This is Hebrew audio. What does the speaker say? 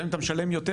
גם אם אתה משלם יותר,